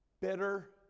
bitter